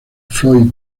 floyd